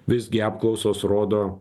visgi apklausos rodo